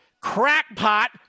crackpot